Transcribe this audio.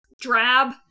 drab